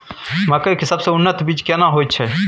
मकई के सबसे उन्नत बीज केना होयत छै?